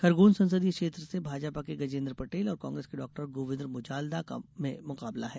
खरगोन संसदीय क्षेत्र से भाजपा के गजेंद्र पटेल और कांग्रेस के डॉ गोविंद मुजाल्दा में मुकाबला है